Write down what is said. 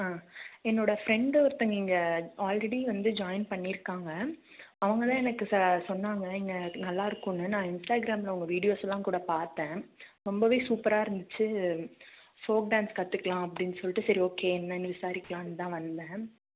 ஆ என்னோட ஃப்ரெண்டு ஒருத்தவங்க இங்கே ஆல்ரெடி வந்து ஜாயின் பண்ணிருக்காங்க அவங்க தான் எனக்கு ச சொன்னாங்க இங்கே நல்லா இருக்கும்னு நான் இன்ஸ்டாக்ராம்மில் உங்கள் வீடியோஸ்லாம் கூட பார்த்தேன் ரொம்பவே சூப்பராக இருந்துச்சு ஃபோக் டான்ஸ் கற்றுக்கலாம் அப்படின்னு சொல்லிவிட்டு சரி ஓகே என்னென்னு விசாரிக்கலாம்னு தான் வந்தேன்